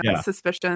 suspicion